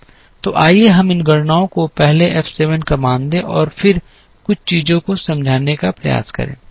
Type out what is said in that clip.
तो आइए हम इन गणनाओं को पहले F 7 का मान दें और फिर कुछ चीजों को समझाने का प्रयास करें